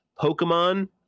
Pokemon